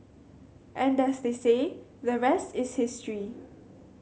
and as they say the rest is history